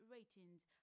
Ratings